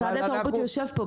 משרד התרבות יושב פה.